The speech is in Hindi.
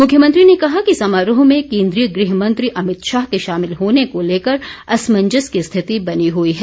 मुख्यमंत्री ने कहा कि समारोह में केन्द्रीय गृह मंत्री अमित शाह के शामिल होने को लेकर असमंजस की स्थिति बनी हई है